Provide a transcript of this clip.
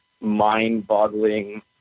mind-boggling